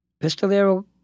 Pistolero